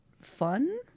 fun